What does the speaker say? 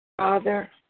Father